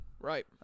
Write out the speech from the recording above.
Right